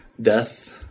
death